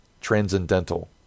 transcendental